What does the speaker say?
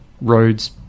roads